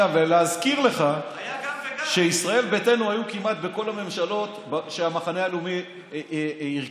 להזכיר לך שישראל ביתנו היו כמעט בכל הממשלות שהמחנה הלאומי הרכיב.